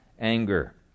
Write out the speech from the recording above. anger